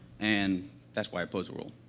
and that's why i oppose the rule.